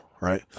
right